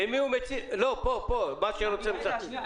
לא --<< דובר_המשך >> דובר: << דובר_המשך